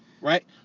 right